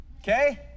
okay